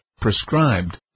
prescribed